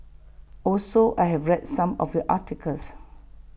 also I have read some of your articles